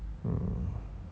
mm